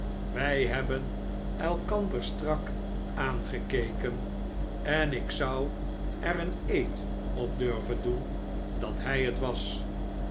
wij hebben elkander strak aangekeken en ik zou er een eed op durven doen dat hij het was